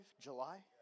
July